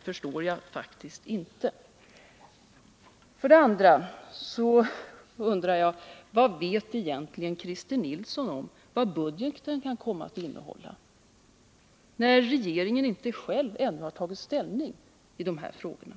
förstår jag faktiskt inte. Vidare undrar jag: Vad vet Christer Nilsson om vad budgeten kommer att innehålla, när regeringen inte själv ännu har tagit ställning i de här frågorna?